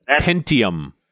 Pentium